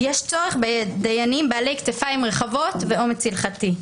יש צורך בדיינים בעלי כתפיים רחבות ואומץ הלכתי.